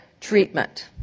treatment